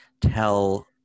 tell